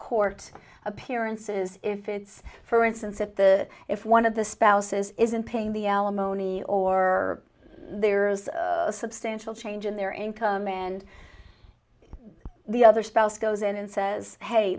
court appearance is if it's for instance at the if one of the spouses isn't paying the alimony or there's a substantial change in their income and the other spouse goes in and says hey